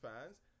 fans